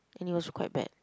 and it was quite bad